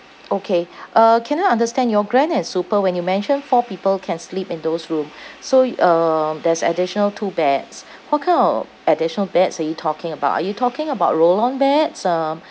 okay uh can I understand your grand and super when you mentioned four people can sleep in those room so y~ um there's additional two beds what kind of additional beds are you talking about are you talking about roll on beds um